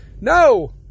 No